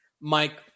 Mike